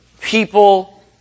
people